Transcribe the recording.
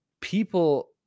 People